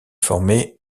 formé